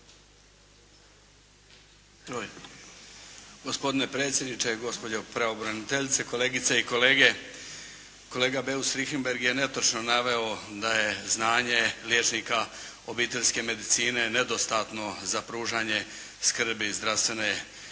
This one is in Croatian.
Gospodine predsjedniče, gospođo pravobraniteljice, kolegice i kolege. Kolega Beus Richembergh je netočno naveo da je znanje liječnika obiteljske medicine nedostatno za pružanje skrbi zdravstvene dječjoj